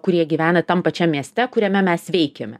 kurie gyvena tam pačiam mieste kuriame mes veikiame